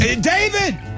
David